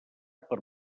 per